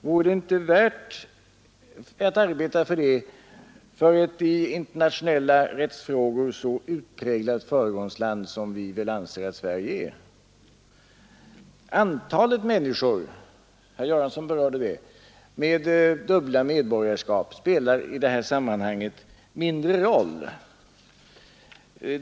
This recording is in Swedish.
Vore det inte för ett i internationella rättsfrågor så utpräglat föregångsland som vi väl anser Sverige vara värt att arbeta för detta? Antalet människor med dubbla medborgarskap spelar i det här sammanhanget mindre roll.